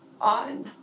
on